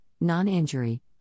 non-injury